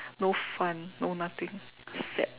no fun no nothing sad